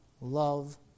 love